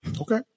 Okay